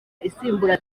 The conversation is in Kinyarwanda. isimbura